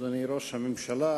אדוני ראש הממשלה,